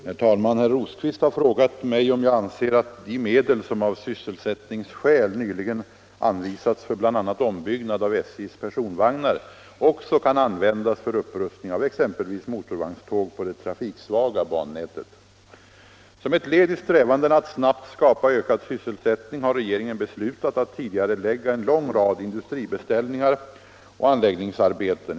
Herr talman! Herr Rosqvist har frågat mig om jag anser att de medel som av sysselsättningsskäl nyligen anvisats för bl.a. ombyggnad av SJ:s personvagnar också kan användas för upprustning av exempelvis motorvagnståg på det trafiksvaga bannätet. Som ett led i strävandena att snabbt skapa ökad sysselsättning har regeringen beslutat att tidigarelägga en lång rad industribeställningar och anläggningsarbeten.